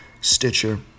Stitcher